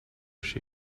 she